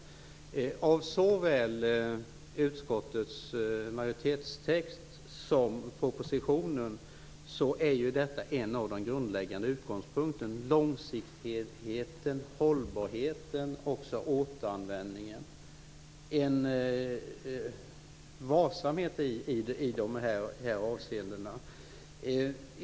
Enligt såväl utskottets majoritetstext som propositionen är en varsamhet med sikte på långsiktighet, hållbarhet och återanvändning en av de grundläggande utgångspunkterna.